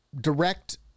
direct